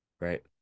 Right